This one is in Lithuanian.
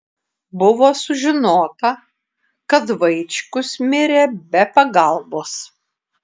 buvo sužinota kad vaičkus mirė be pagalbos